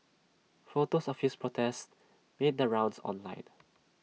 photos of his protest made the rounds online